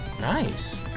Nice